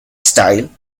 style